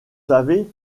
savez